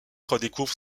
redécouvre